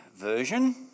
version